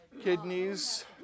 Kidneys